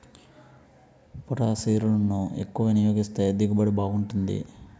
పొటాషిరులను ఎక్కువ వినియోగిస్తే దిగుబడి బాగుంటాది